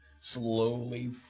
slowly